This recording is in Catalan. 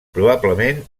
probablement